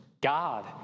God